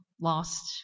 lost